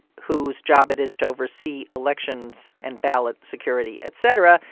whose job it is to oversee elections and ballot security, et cetera.